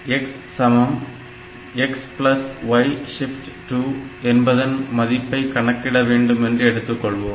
x x y2 என்பதன் மதிப்பை கணக்கிட வேண்டும் என்று எடுத்துக் கொள்வோம்